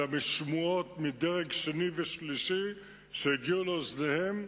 אלא משמועות מדרג שני ושלישי שהגיעו לאוזניהם.